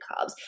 carbs